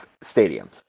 stadium